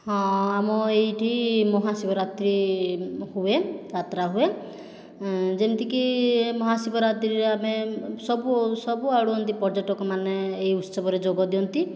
ହଁ ଆମ ଏହିଠି ମହାଶିବରାତ୍ରି ହୁଏ ଯାତ୍ରା ହୁଏ ଯେମିତି କି ମହାଶିବରାତ୍ରିରେ ଆମେ ସବୁ ସବୁ ଆଡ଼ୁ ଏମିତି ପର୍ଯ୍ୟଟକମାନେ ଏହି ଉତ୍ସବରେ ଯୋଗ ଦିଅନ୍ତି